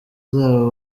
zabo